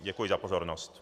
Děkuji za pozornost.